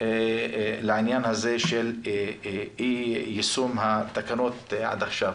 לעניין הזה של אי יישום התקנות עד עכשיו.